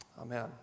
Amen